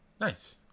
nice